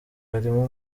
harimo